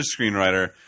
screenwriter